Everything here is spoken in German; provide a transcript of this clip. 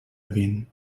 erwähnen